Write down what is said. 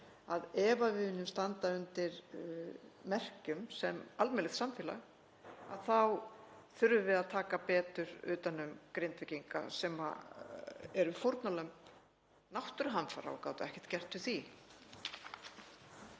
að ef við viljum standa undir merkjum sem almennilegt samfélag þurfum við að taka betur utan um Grindvíkinga, sem eru fórnarlömb náttúruhamfara og gátu ekkert gert við því.